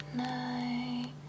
night